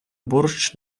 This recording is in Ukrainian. борщ